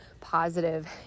positive